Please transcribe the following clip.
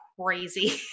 crazy